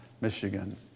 Michigan